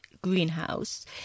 greenhouse